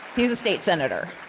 he was a state senator.